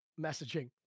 messaging